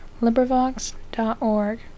LibriVox.org